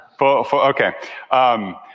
okay